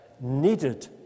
needed